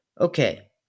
Okay